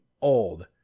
old